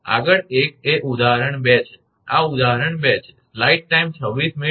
આગળ એક એ ઉદાહરણ 2 છે આ ઉદાહરણ 2 છે